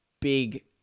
big